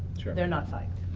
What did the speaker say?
they're not psyched.